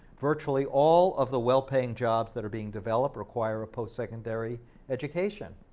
virtually all of the well-paying jobs that are being developed require a post secondary education,